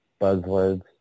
buzzwords